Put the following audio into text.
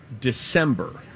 December